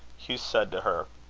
hugh said to her